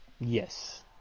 Yes